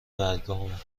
برگامه